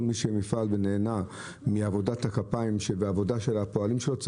כל מי שנהנה מעבודת הכפיים בעבודת הפועלים שלו,